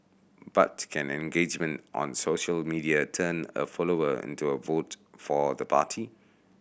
but can engagement on social media turn a follower into a vote for the party